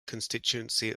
constituency